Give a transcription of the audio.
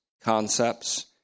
concepts